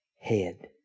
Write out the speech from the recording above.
head